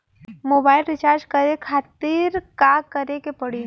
Mobile recharge करे खातिर का करे के पड़ी?